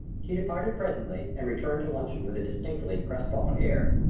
he departed presently and returned to luncheon with a distinctly crestfallen air.